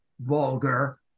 vulgar